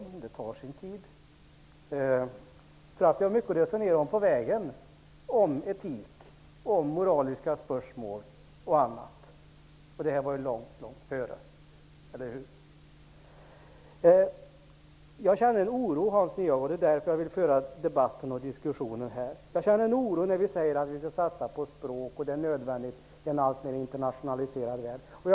Det tar sin tid, eftersom vi har mycket att resonera om på vägen: etik, moraliska spörsmål och annat. Och detta var ändå länge sedan, eller hur? Jag känner oro, och det är därför jag vill föra en debatt här. Jag känner mig orolig när vi säger att vi vill satsa på språk, att det är nödvändigt i en alltmer internationaliserad värld.